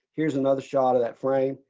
here's another shot of that frame,